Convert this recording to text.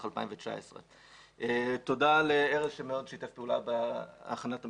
2019. תודה לארז שמאוד שיתף פעולה בהכנת המסמך.